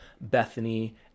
Bethany